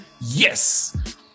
Yes